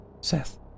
Seth